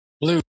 Blue